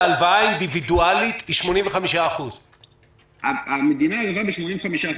ערבות להלוואה אינדיבידואלית היא 85%. המדינה ערבה ב-85%.